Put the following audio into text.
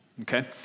okay